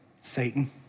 Satan